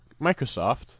Microsoft